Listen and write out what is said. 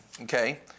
okay